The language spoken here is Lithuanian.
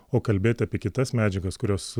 o kalbėti apie kitas medžiagas kurios